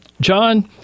John